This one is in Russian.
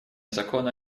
закона